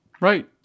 Right